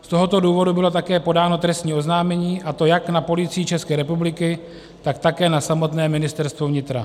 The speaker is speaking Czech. Z tohoto důvodu bylo také podáno trestní oznámení, a to jak na Policii České republiky, tak také na samotné Ministerstvo vnitra.